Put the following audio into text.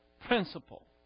principle